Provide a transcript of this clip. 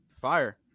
Fire